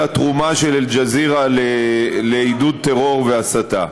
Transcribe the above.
התרומה של אל-ג'זירה לעידוד טרור והסתה.